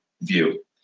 view